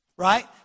Right